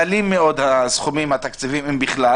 דלים מאוד התקציבים אם בכלל